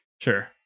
Sure